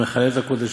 המחלל את הקודשים,